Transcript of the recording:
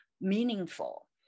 meaningful